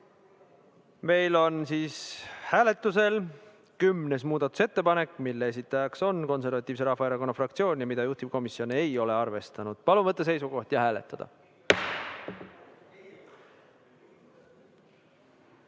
44.Meil on hääletusel kümnes muudatusettepanek, mille esitaja on Konservatiivse Rahvaerakonna fraktsioon ja mida juhtivkomisjon ei ole arvestanud. Palun võtta seisukoht ja hääletada!